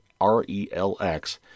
RELX